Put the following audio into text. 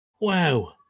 Wow